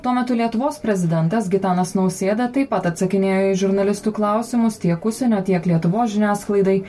tuo metu lietuvos prezidentas gitanas nausėda taip pat atsakinėjo į žurnalistų klausimus tiek užsienio tiek lietuvos žiniasklaidai